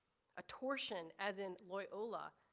a torsion as in loyola,